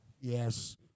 Yes